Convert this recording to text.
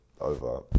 over